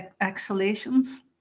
exhalations